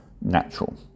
natural